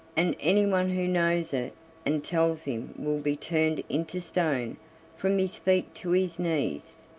and anyone who knows it and tells him will be turned into stone from his feet to his knees.